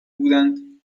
بودند